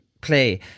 play